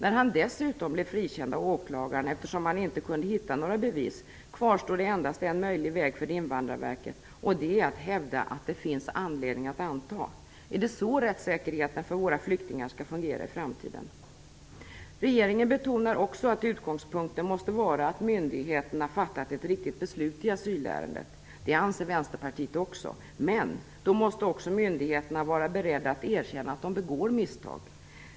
När han dessutom blev frikänd av åklagaren eftersom man inte kunde hitta några bevis kvarstår det endast en möjlig väg för invandarverket, nämligen att hävda att det finns anledning att anta. Är det så rättssäkerheten för våra flyktingar skall fungera i framtiden? Regeringen betonar också att utgångspunkten måste vara att myndigheterna fattat ett riktigt beslut i asylärendet. Det anser vänsterpartiet också, men då måste myndigheterna vara beredda att erkänna att de begår misstag.